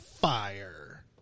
fire